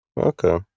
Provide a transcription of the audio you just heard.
Okay